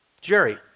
Jerry